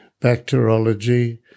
bacteriology